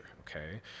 okay